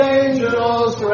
angels